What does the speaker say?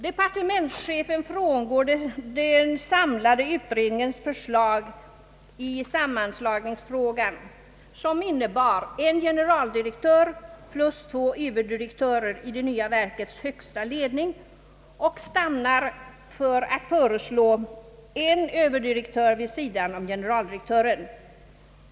Departementschefen har i sammanslagningsfrågan frångått den samlade utredningens förslag om en generaldirektör plus två överdirektörer i det nya verkets högsta ledning och stannat för att föreslå bara en överdirektör vid sidan om generaldirektören.